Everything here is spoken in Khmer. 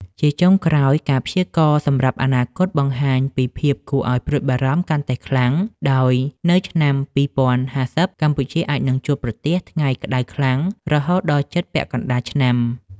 ជាចុងក្រោយ ការព្យាករណ៍សម្រាប់អនាគតបង្ហាញពីភាពគួរឱ្យព្រួយបារម្ភកាន់តែខ្លាំង ដោយនៅឆ្នាំ ២០៥០ កម្ពុជាអាចនឹងជួបប្រទះថ្ងៃក្តៅខ្លាំងរហូតដល់ជិតពាក់កណ្តាលឆ្នាំ។